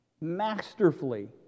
masterfully